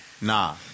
Nah